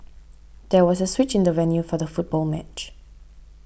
there was a switch in the venue for the football match